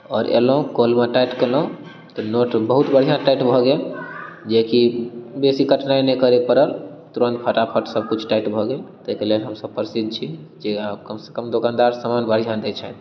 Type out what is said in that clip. आओर अयलहुॅं कल मे टाइट केलहुॅं तऽ नट बहुत बढ़िऑं टाइट भऽ गेल जेकि बेसी कठिनाइ नहि करे परल तुरंत फटाफट सब किछ टाइट भऽ गेल ताहिके लेल हमसब प्रसन्न छी जे आब कम से कम दोकानदार समान बढ़िऑं दै छथि